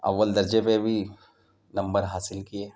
اول درجے پہ بھی نمبر حاصل کیے